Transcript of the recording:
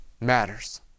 matters